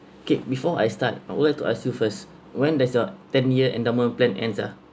K before I start I'd like to ask you first when there's your ten year endowment plan